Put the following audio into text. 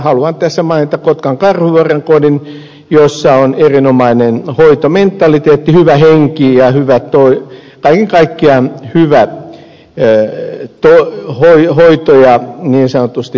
haluan tässä mainita kotkan karhuvuoren kodin jossa on erinomainen hoitomentaliteetti hyvä henki ja kaiken kaikkiaan hyvä hoito ja niin sanotusti hyvä meininki